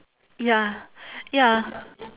ya ya